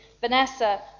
Vanessa